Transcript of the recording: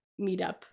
meetup